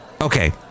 Okay